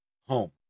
home